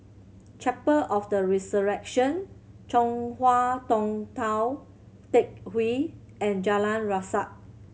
Chapel of the Resurrection Chong Hua Tong Tou Teck Hwee and Jalan Resak